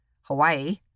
Hawaii